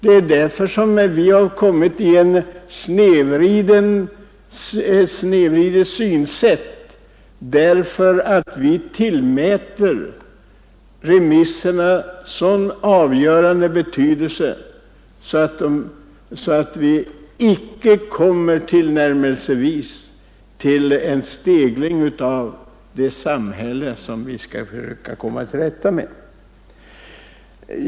Det är därför vi fått ett snedvridet synsätt; remisserna, som vi tillmäter så stor betydelse, ger inte en spegling av det samhälle vi försöker komma till rätta med.